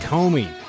Comey